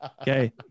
okay